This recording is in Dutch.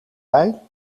bij